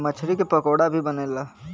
मछरी के पकोड़ा भी बनेला